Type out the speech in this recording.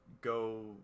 go